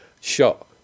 Shot